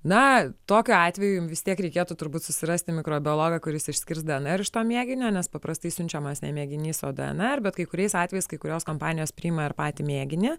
na tokiu atveju jum vis tiek reikėtų turbūt susirasti mikrobiologą kuris išskirs dnr iš to mėginio nes paprastai siunčiamas ne mėginys o dnr bet kai kuriais atvejais kai kurios kompanijos priima ir patį mėginį